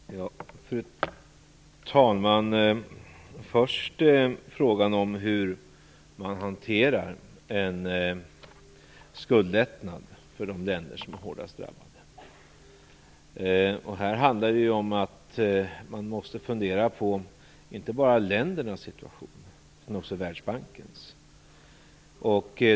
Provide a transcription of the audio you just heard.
Fru talman! Först var det frågan om hur man hanterar skuldlättnader för de länder som är hårdast drabbade. Här handlar det om att man måste fundera på inte bara ländernas situation, utan också Världsbankens.